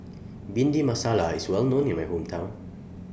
Bhindi Masala IS Well known in My Hometown